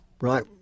right